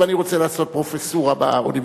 ואני רוצה לעשות פרופסורה באוניברסיטה.